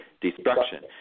destruction